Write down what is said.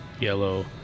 yellow